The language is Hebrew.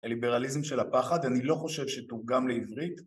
״הליברליזם של הפחד״, אני לא חושב שתורגם לעברית.